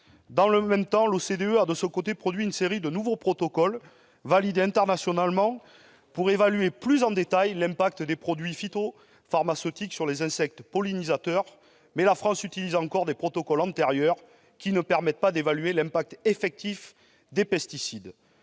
Dans le même temps, l'OCDE a produit une série de nouveaux protocoles, validés internationalement, pour évaluer plus en détail l'impact des produits phytopharmaceutiques sur les insectes pollinisateurs. Toutefois, la France utilise encore des protocoles antérieurs, qui ne permettent pas d'évaluer l'impact effectif des pesticides.